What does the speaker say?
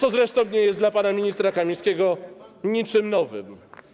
To z resztą nie jest dla pana ministra Kamińskiego niczym nowym.